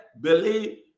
believe